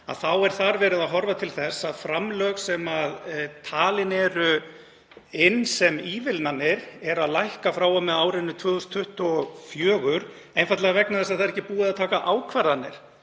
en þar er verið að horfa til þess að framlög sem talin eru inn sem ívilnanir lækka frá og með árinu 2024, einfaldlega vegna þess að það er ekki búið að taka ákvarðanir,